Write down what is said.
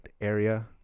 area